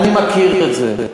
אני מכיר את זה.